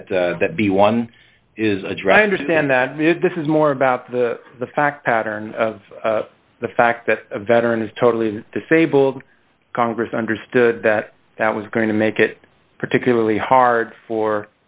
one b one is a dr understand that this is more about the the fact pattern of the fact that a veteran is totally disabled congress understood that that was going to make it particularly hard for